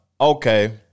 okay